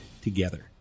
together